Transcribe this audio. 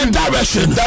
direction